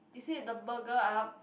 is it the Burger Up